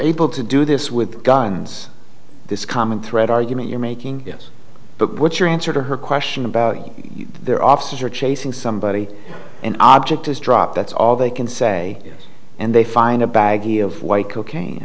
able to do this with guns this common thread argument you're making yes but what's your answer to her question about their officers are chasing somebody an object is dropped that's all they can say and they find a baggie of white cocaine i